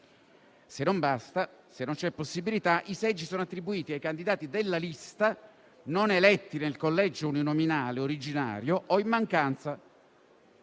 se non basta, se non c'è possibilità, i seggi sono attribuiti ai candidati della lista non eletti nel collegio uninominale originario o, in mancanza,